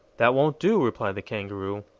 that won't do, replied the kangaroo.